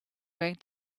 going